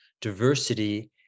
diversity